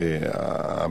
אצל האמהות,